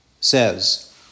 says